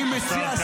אני מציע,